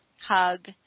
hug